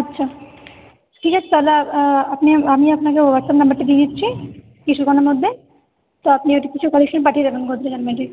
আচ্ছা ঠিক আছে তাহলে আপনি আমি আপনাকে হোয়াটসঅ্যাপ নম্বর দিয়ে দিচ্ছি কিছুক্ষণের মধ্যে তো আপনি কিছু কালেকশন পাঠিয়ে দেবেন গোদরেজ আলমারির